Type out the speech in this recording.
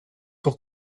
pour